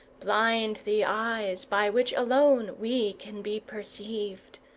blind the eyes by which alone we can be perceived.